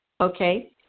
Okay